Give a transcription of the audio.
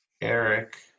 Eric